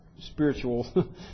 spiritual